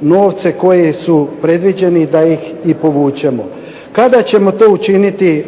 novce koji su predviđeni da ih i povučemo. Kada ćemo to učiniti